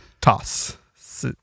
toss